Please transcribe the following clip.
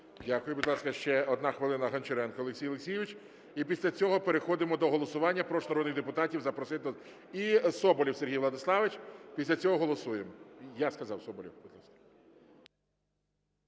Дякую. Будь ласка, ще 1 хвилина Гончаренко Олексій Олексійович. І після цього переходимо до голосування, прошу народних депутатів запросити… І Соболєв Сергій Владиславович, після цього голосуємо. Я сказав – Соболєв.